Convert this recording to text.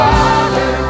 Father